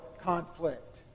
conflict